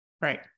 Right